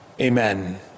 Amen